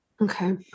Okay